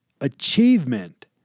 Achievement